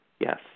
Yes